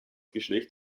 geschlecht